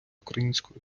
українською